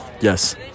Yes